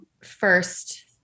first